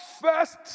first